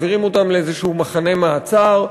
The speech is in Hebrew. מעבירים אותם לאיזשהו מחנה מעצר,